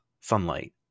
sunlight